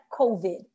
COVID